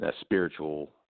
spiritual